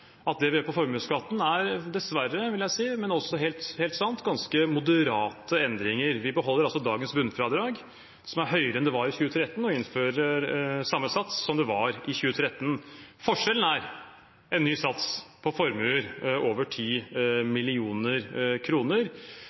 er det vi gjør med formuesskatten, dessverre – men også helt sant – ganske moderate endringer. Vi beholder dagens bunnfradrag, som er høyere enn det var i 2013, og innfører samme sats som i 2013. Forskjellen er en ny sats på formuer over